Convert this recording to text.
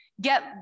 get